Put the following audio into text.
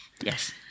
Yes